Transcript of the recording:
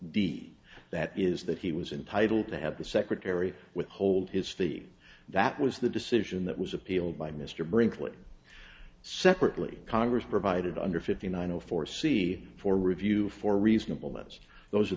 b that is that he was entitle to have the secretary withhold his fee that was the decision that was appealed by mr brinkley separately congress provided under fifty nine zero four c for review for reasonable minds those are